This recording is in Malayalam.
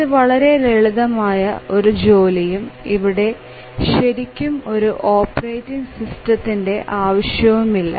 ഇത് വളരെ ലളിതമായ ഒരു ജോലിയും ഇവിടെ ശരിക്കും ഒരു ഓപ്പറേറ്റിംഗ് സിസ്റ്റത്തിന് ആവശ്യമില്ല